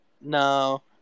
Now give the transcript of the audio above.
No